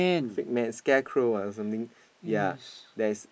fake man scarecrow or something ya that is